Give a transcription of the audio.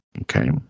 Okay